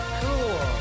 cool